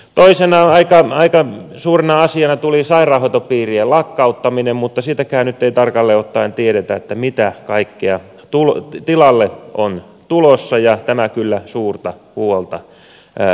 toisena aika suurena asiana tuli sairaanhoitopiirien lakkauttaminen mutta siitäkään nyt ei tarkalleen ottaen tiedetä mitä kaikkea tilalle on tulossa ja tämä kyllä suurta huolta aiheuttaa